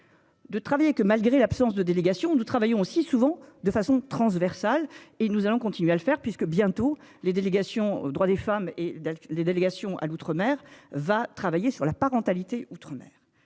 De travailler que malgré l'absence de délégation. Nous travaillons aussi souvent de façon transversale et nous allons continuer à le faire puisque bientôt les délégations, droits des femmes et les délégations à l'Outre-mer va travailler sur la parentalité outre-mer.